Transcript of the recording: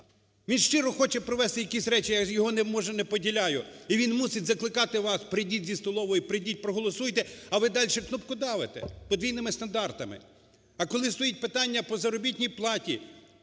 Він щиро хоче провести якісь речі, я його може не поділяю, і він мусить закликати вас, прийдіть зі столової, прийдіть проголосуйте, а ви далі кнопкодавите подвійними стандартами. А коли стоїть питання по заробітній платі,